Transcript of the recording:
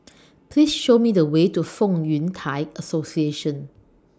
Please Show Me The Way to Fong Yun Thai Association